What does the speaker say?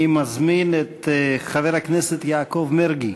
אני מזמין את חבר הכנסת יעקב מרגי,